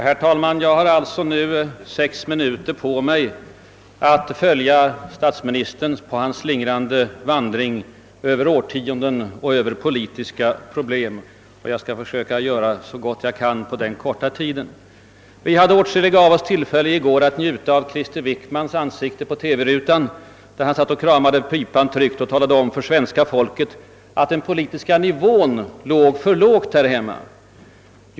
Herr talman! Jag har nu sex minuter på mig för att följa statsministerns slingrande vandring över årtionden och över olika politiska problem, men jag skall försöka göra så gott jag kan på den korta tiden. Åtskilliga av oss hade i går tillfälle att njuta av Krister Wickmans ansikte i TV-rutan, där han tryggt kramade pipan och talade om för svenska folket att den politiska nivån låg för lågt i vårt land.